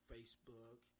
Facebook